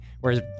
Whereas